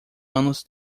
anos